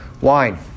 Wine